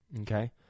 Okay